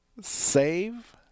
save